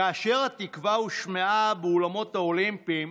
כאשר "התקווה" הושמעה באולמות האולימפיים,